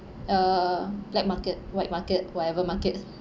uh black market white market whatever market